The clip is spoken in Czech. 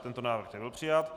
Tento návrh nebyl přijat.